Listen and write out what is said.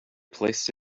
placed